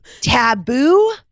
taboo